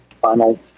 final